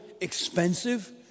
expensive